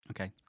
Okay